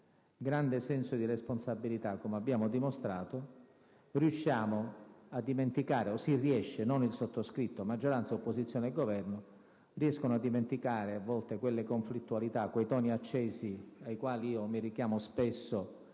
grande senso di responsabilità, come abbiamo dimostrato, a volte riusciamo a dimenticare (non il sottoscritto: maggioranza, opposizione e Governo riescono a dimenticare) quelle conflittualità, quei toni accesi ai quali mi riferisco spesso,